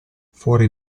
fuori